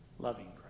loving